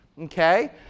Okay